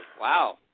Wow